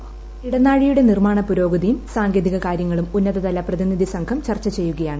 വോയീസ് ഇടനാഴിയുടെ നിർമ്മാണ് പ്പുരോഗതിയും സാങ്കേതിക കാര്യങ്ങളും ഉന്നതതല പ്രതിനിധി സ്ഉ്ലം ചർച്ച ചെയ്യുകയാണ്